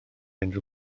unrhyw